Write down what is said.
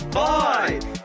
five